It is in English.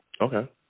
Okay